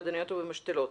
באדניות ובמשתלות.